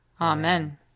Amen